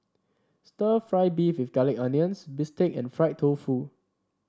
stir fry beef with curry onions bistake and Fried Tofu